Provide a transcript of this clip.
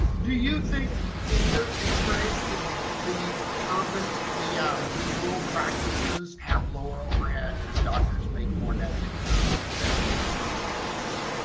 do you think in your experience the the urban the rural practices have lower overhead and the doctors make more net income than the urban dentists?